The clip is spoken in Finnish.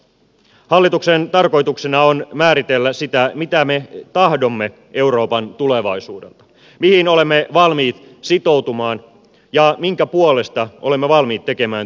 hallituksen tarkoituksena on määritellä sitä mitä me tahdomme euroopan tulevaisuudelta mihin olemme valmiit sitoutumaan ja minkä puolesta olemme valmiit tekemään työtä